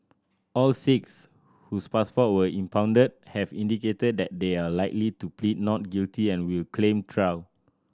all six whose passport were impounded have indicated that they are likely to plead not guilty and will claim trial